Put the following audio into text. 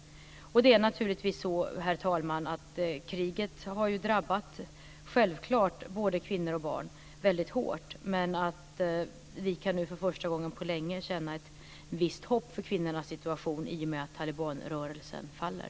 Herr talman, självklart har kriget drabbat både kvinnor och barn väldigt hårt, men vi kan nu för första gången på länge känna ett visst hopp för kvinnornas situation i och med att talibanrörelsen faller.